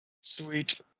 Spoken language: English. Sweet